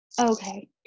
Okay